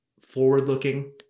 forward-looking